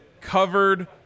covered